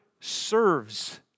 serves